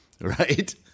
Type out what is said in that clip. right